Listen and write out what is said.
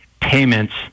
payments